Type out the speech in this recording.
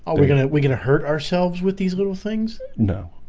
ah we gonna we gonna hurt ourselves with these little things no